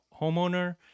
homeowner